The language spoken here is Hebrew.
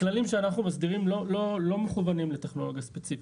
הכללים שאנחנו מסדירים לא מכוונים לטכנולוגיה ספציפית.